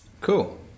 Cool